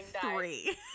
three